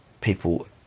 people